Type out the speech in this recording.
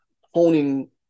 honing